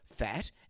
fat